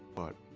but,